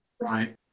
Right